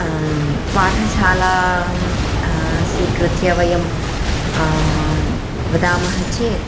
पाठशालां स्वीकृत्य वयं वदामः चेत्